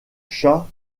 chat